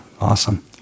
awesome